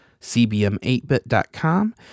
CBM8bit.com